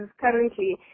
currently